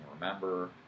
remember